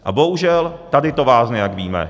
A bohužel tady to vázne, jak víme.